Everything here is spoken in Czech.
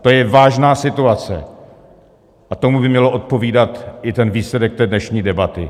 To je vážná situace a tomu by měl odpovídat i ten výsledek té dnešní debaty.